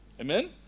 amen